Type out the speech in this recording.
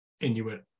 Inuit